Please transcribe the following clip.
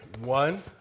One